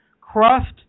Crust